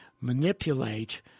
manipulate